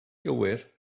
gywir